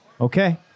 Okay